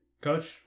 Coach